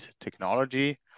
technology